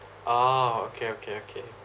ah okay okay okay